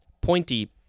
pointy